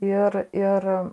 ir ir